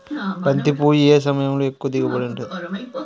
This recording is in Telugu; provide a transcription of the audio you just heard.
బంతి పువ్వు ఏ సమయంలో ఎక్కువ దిగుబడి ఉంటుంది?